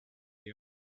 you